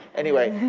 anyway,